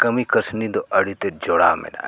ᱠᱟᱹᱢᱤᱼᱠᱟᱹᱥᱱᱤ ᱫᱚ ᱟᱹᱰᱤ ᱛᱮᱫ ᱡᱚᱲᱟᱣ ᱢᱮᱱᱟᱜᱼᱟ